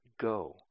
go